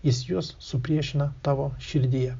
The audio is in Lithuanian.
jis jous supriešina tavo širdyje